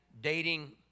dating